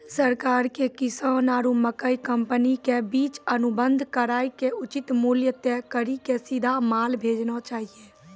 सरकार के किसान आरु मकई कंपनी के बीच अनुबंध कराय के उचित मूल्य तय कड़ी के सीधा माल भेजना चाहिए?